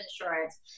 insurance